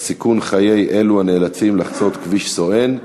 סיכון חיי הנאלצים לחצות כביש סואן.